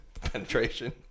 penetration